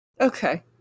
Okay